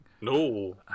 No